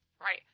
Right